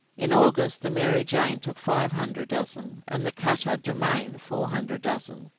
in august the mary jane took five hundred dozen, and the cutter domain four hundred dozen.